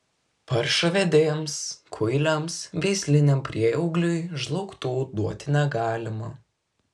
paršavedėms kuiliams veisliniam prieaugliui žlaugtų duoti negalima